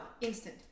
Instant